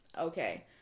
okay